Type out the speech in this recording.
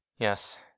Yes